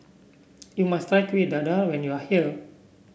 you must try Kueh Dadar when you are here